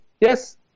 yes